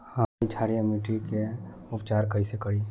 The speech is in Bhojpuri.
हमनी क्षारीय मिट्टी क उपचार कइसे करी?